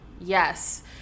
Yes